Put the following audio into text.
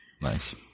Nice